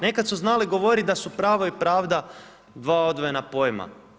Nekada su znali govoriti da su pravo i pravda dva odvojena pojma.